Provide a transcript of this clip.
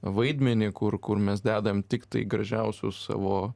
vaidmenį kur kur mes dedam tiktai gražiausius savo